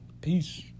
peace